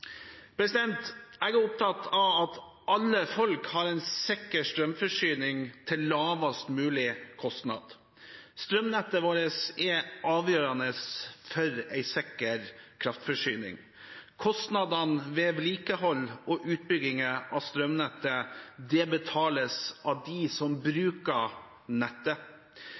Jeg er opptatt av at alle folk har en sikker strømforsyning til lavest mulig kostnad. Strømnettet vårt er avgjørende for en sikker kraftforsyning. Kostnadene ved vedlikehold og utbygginger av strømnettet betales av dem som bruker nettet.